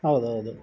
ಹೌದು ಹೌದು